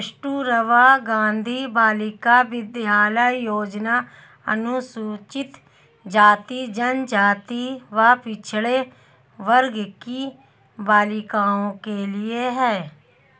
कस्तूरबा गांधी बालिका विद्यालय योजना अनुसूचित जाति, जनजाति व पिछड़े वर्ग की बालिकाओं के लिए है